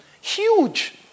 huge